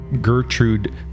gertrude